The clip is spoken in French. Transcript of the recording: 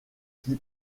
qui